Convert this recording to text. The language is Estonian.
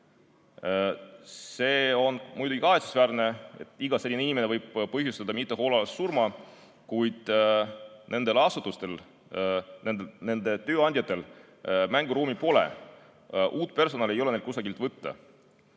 See on muidugi kahetsusväärne, sest iga selline inimene võib põhjustada mitme hoolealuse surma. Paraku nendel asutustel, nende hooldajate tööandjatel mänguruumi pole. Uut personali ei ole neil kusagilt võtta.